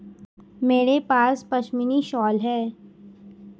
मेरे पास पशमीना शॉल है